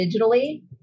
digitally